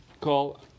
call